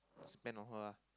spend on her lah